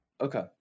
Okay